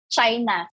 China